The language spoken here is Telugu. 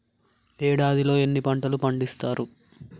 ఏడాదిలో ఎన్ని పంటలు పండిత్తరు?